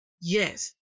Yes